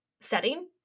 setting